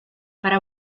para